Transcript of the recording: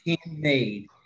handmade